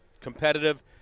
competitive